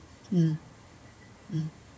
mm mm